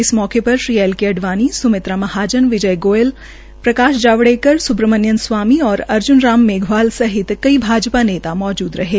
इस मौके पर श्री एल के अडवाणी स्मित्रा महाजन विजय गोयल प्रकाश जावेड़कर स्ब्रमानियम स्वामी और अर्ज्न राम मेधवाल सहित कई भाजपा नेता मौजूद थे